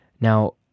Now